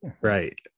right